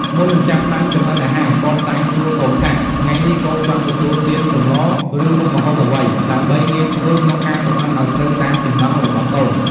មុននឹងចាប់ផ្ដើមចម្អិនអាហារ គាត់តែងសួរកូនថា "ថ្ងៃនេះកូនចង់ទទួលទានសម្លរ ឬមុខម្ហូបអ្វី?" ដើម្បីងាយស្រួលក្នុងការចម្អិនឲ្យត្រូវតាមចំណង់របស់កូន។